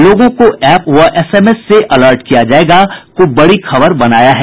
लोगों को एप्प व एसएमएस से अलर्ट किया जायेगा को बड़ी खबर बनाया है